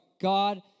God